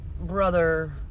brother